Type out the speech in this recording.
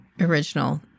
original